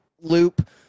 loop